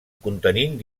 contenint